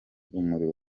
umuriro